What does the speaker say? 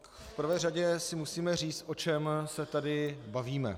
V prvé řadě si musíme říct, o čem se tady bavíme.